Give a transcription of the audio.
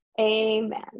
Amen